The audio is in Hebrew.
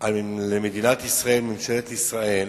על מדינת ישראל,